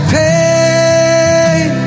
pain